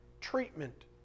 treatment